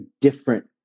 different